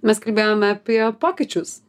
mes kalbėjome apie pokyčius